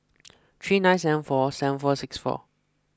three nine seven four seven four six four